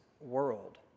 world